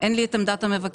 אין לי את עמדת המבקר.